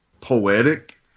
poetic